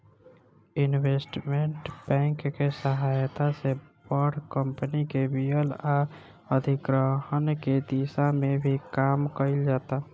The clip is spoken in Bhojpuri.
इन्वेस्टमेंट बैंक के सहायता से बड़ कंपनी के विलय आ अधिग्रहण के दिशा में भी काम कईल जाता